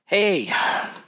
Hey